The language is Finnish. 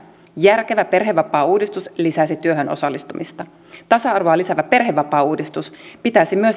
järkevä perhevapaauudistus lisäisi työhön osallistumista tasa arvoa lisäävä perhevapaauudistus pitäisi